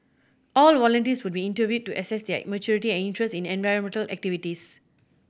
all volunteers would be interviewed to assess their maturity and interest in environmental activities